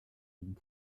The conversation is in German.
gegen